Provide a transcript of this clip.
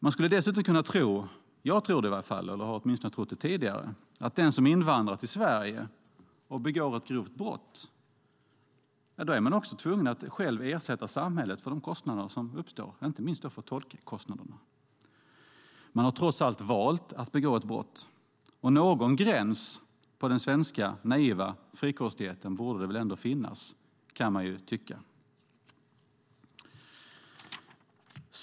Man skulle dessutom kunna tro - jag har åtminstone trott det tidigare - att den som invandrar till Sverige och begår ett grovt brott också är tvungen att ersätta samhället för de kostnader som uppstår och då inte minst tolkkostnaderna. Man har trots allt valt att begå ett brott. Någon gräns för den svenska naiva frikostigheten borde det väl ändå finnas, kan man tycka.